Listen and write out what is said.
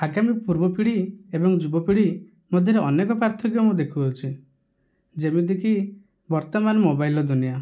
ଆଗାମୀ ପୂର୍ବ ପିଢ଼ି ଏବଂ ଯୁବ ପିଢ଼ି ମଧ୍ୟରେ ଅନେକ ପାର୍ଥକ୍ୟ ମୁଁ ଦେଖୁଅଛି ଯେମିତିକି ବର୍ତ୍ତମାନ ମୋବାଇଲର ଦୁନିଆଁ